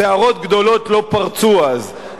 סערות גדולות לא פרצו אז,